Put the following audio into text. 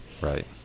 Right